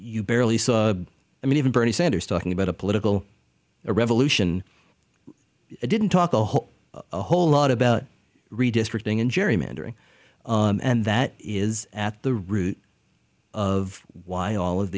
you barely saw i mean even bernie sanders talking about a political revolution i didn't talk a whole a whole lot about redistricting and gerrymandering and that is at the root of why all of